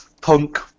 punk